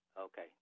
Okay